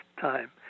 time